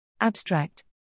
Abstract